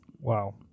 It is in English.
Wow